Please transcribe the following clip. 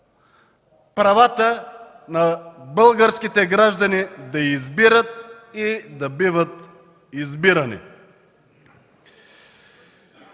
правата на българските граждани да избират и да бъдат избирани.